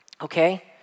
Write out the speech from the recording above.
okay